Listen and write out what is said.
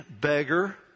beggar